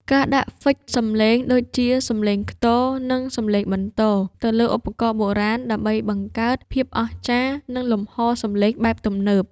ការដាក់ហ្វិចសំឡេង ដូចជា សំឡេងខ្ទរ និង សំឡេងបន្ទរ ទៅលើឧបករណ៍បុរាណ ដើម្បីបង្កើតភាពអស្ចារ្យ និងលំហសំឡេងបែបទំនើប។